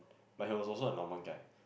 but he was also a normal guy